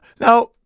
Now